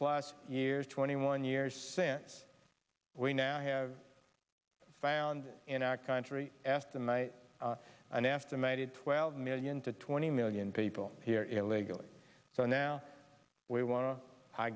plus years twenty one years since we now have found in our country estimate an estimated twelve million to twenty million people here illegally so now we want to i